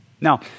Now